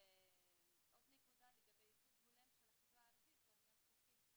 עוד נקודה, לגבי ייצוג הולם זה העניין החוקי.